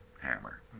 hammer